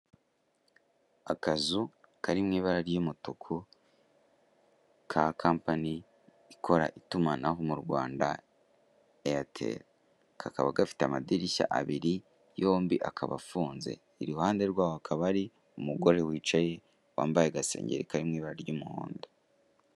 Akazu kari mu ibara ry'umutuku ka kampani ikorera itumanaho mu Rwanda eyateri kakaba gafite amadirishya abiri yaombi afunze. Iruhande rwaho hakaba hari umugore wicaye kari mu ibara ry'umuhondo.